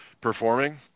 Performing